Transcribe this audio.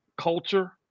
culture